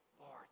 Lord